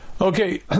Okay